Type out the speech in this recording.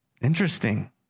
Interesting